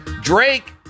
Drake